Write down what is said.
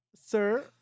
Sir